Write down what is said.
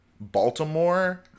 Baltimore